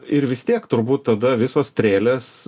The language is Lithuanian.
ir vis tiek turbūt tada visos strėlės